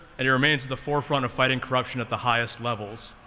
and he remains at the forefront of fighting corruption at the highest levels.